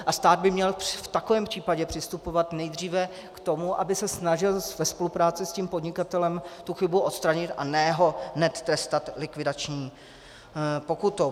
A stát by měl v takovém případě přistupovat nejdříve k tomu, aby se snažil ve spolupráci s tím podnikatelem tu chybu odstranit, a ne ho hned trestat likvidační pokutou.